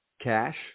cash